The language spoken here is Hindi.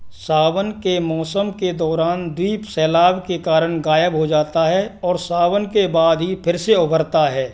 सावन के मौसम के दौरान द्वीप सैलाब के कारण गायब हो जाता है और सावन के बाद ही फिर से उभरता है